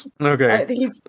Okay